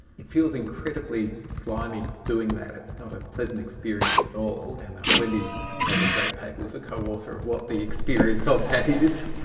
it feels incredibly slimy doing that, it's not a pleasant experience at all and wendy has a great paper with a co-author of what the experience of that is.